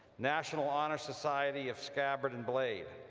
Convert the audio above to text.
national honor society of scabbard and blade,